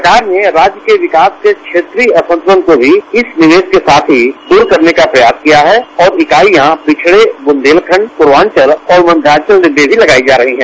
सरकार ने राज्य के विकास के क्षेत्रीय असंतुलन को भी इस निवेश के साथ ही दूर करने का प्रयास किया है और और इकाइयॉ पिछड़े बुंदेलखंड पूर्वांचल और मध्यांचल में और लगाकई जा रही हैं